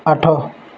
ଆଠ